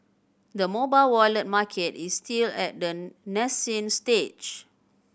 the mobile wallet market is still at the nascent stage